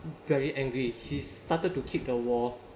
very angry he started to kick the wall